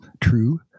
true